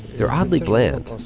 they're oddly bland.